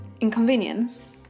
inconvenience